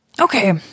Okay